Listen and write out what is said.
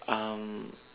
um